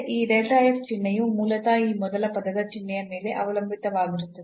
ಈ ಚಿಹ್ನೆಯು ಮೂಲತಃ ಈ ಮೊದಲ ಪದದ ಚಿಹ್ನೆಯ ಮೇಲೆ ಅವಲಂಬಿತವಾಗಿರುತ್ತದೆ